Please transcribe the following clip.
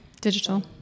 Digital